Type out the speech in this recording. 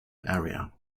area